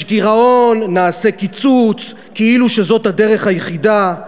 יש גירעון, נעשה קיצוץ, כאילו זאת הדרך היחידה.